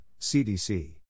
CDC